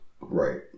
Right